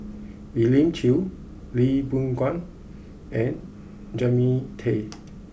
Elim Chew Lee Boon Ngan and Jannie Tay